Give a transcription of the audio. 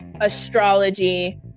astrology